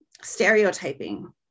stereotyping